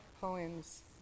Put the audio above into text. poems